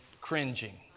cringing